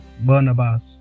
Bernabas